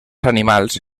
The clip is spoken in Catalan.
animals